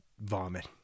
vomit